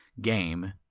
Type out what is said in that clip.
Game